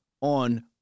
on